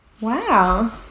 Wow